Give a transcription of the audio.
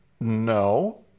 no